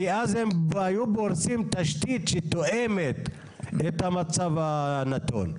כי אז הם היו פורסים תשתית שתואמת את המצב הנתון.